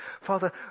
Father